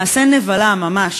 מעשה נבלה ממש,